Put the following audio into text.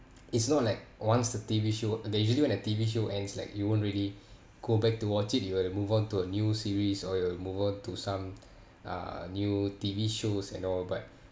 it's not like once the T_V show they usually when a T_V show ends like you won't really go back to watch it you will move on to a new series or you will move on to some uh new T_V shows and all but